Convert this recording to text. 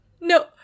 No